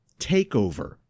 takeover